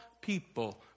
people